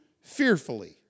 fearfully